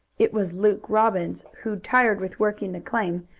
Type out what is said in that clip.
it was luke robbins, who, tired with working the claim,